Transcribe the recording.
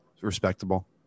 respectable